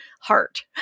Heart